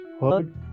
heard